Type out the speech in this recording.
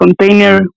container